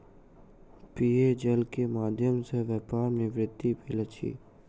पेयजल के माध्यम सॅ व्यापार में वृद्धि भेल अछि